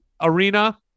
arena